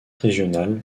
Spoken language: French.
régionale